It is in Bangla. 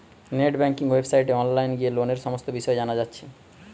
নেট ব্যাংকিং ওয়েবসাইটে অনলাইন গিয়ে লোনের সমস্ত বিষয় জানা যাচ্ছে